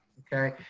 okay?